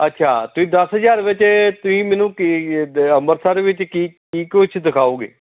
ਅੱਛਾ ਤੁਸੀਂ ਦਸ ਹਜ਼ਾਰ ਵਿੱਚ ਤੁਸੀਂ ਮੈਨੂੰ ਕੀ ਅੰਮ੍ਰਿਤਸਰ ਵਿੱਚ ਕੀ ਕੀ ਕੁਛ ਦਿਖਾਉਂਗੇ